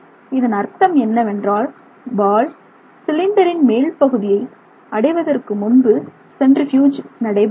இதன் அர்த்தம் என்னவென்றால் பால் சிலிண்டரின் மேல் பகுதியை அடைவதற்கு முன்பு சென்ட்ரிபியூஜ் நடைபெறாது